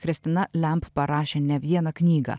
christina lemp parašė ne vieną knygą